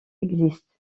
existe